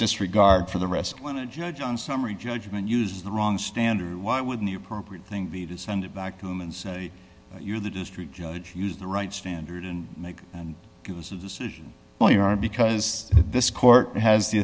disregard for the rest went to judge on summary judgment use the wrong standard why wouldn't you appropriate thing be to send it back to him and say you are the district judge used the right standard and make and it was a decision well you are because this court has the